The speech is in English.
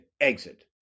exit